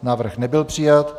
Návrh nebyl přijat.